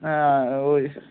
হ্যাঁ ওই